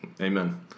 Amen